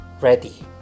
ready